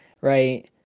Right